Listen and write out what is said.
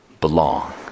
belong